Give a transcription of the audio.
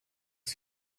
ist